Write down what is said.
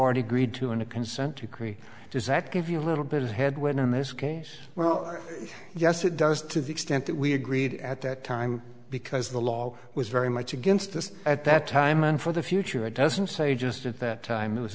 already agreed to in a consent decree does that give you a little bit of a headwind in this case well yes it does to the extent that we agreed at that time because the law was very much against this at that time and for the future it doesn't say just at that time it was